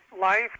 life